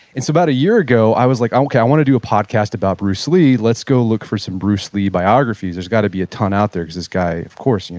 it's about a year ago i was like, okay, i want to do a podcast about bruce lee. let's go look for some bruce lee biographies. there's got to be a ton out there cause this guy, of course,